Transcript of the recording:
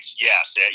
yes